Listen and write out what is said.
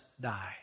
die